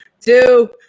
Two